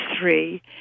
three